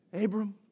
Abram